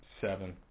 Seven